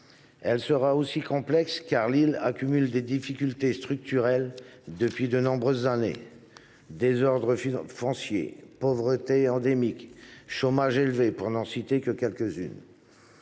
elle sera complexe, tant Mayotte accumule des difficultés structurelles depuis de nombreuses années : désordre foncier, pauvreté endémique, chômage élevé, pour n’en citer que quelques unes.